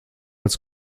als